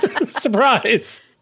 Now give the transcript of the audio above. Surprise